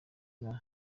bwa